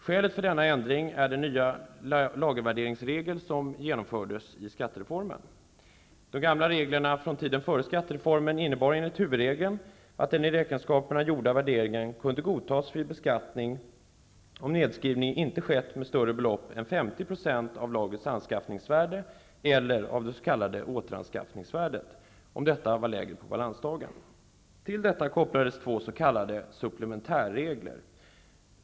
Skälet för denna ändring är den nya lagervärderingsregel som genomfördes i skattereformen. De gamla reglerna från tiden före skattereformen innebar enligt huvudregeln att den i räkenskaperna gjorda värderingen kunde godtas vid beskattningen, om nedskrivning inte skett med större belopp än 50 % av lagrets anskaffningsvärde eller av återanskaffningsvärdet, om detta var lägre på balansdagen. Till detta kopplades två supplementärregler.